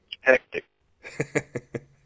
Hectic